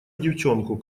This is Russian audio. девчонку